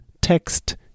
Text